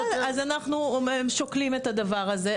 בסדר, אז אנחנו שוקלים את הדבר הזה.